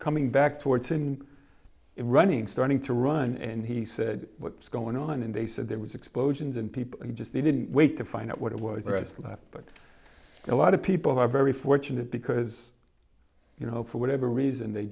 coming back towards him running starting to run and he said what's going on and they said there was explosions and people just they didn't wait to find out what it was the rest of that but a lot of people who are very fortunate because you know for whatever reason they